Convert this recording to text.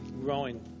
growing